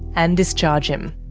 and discharge him.